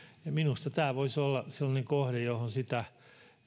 minusta tämä voisi olla sellainen kohde johon sitä